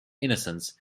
innocence